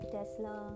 Tesla